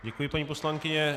Děkuji, paní poslankyně.